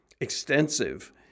extensive